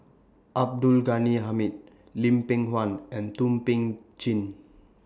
Abdul Ghani Hamid Lim Peng Han and Thum Ping Tjin